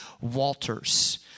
Walters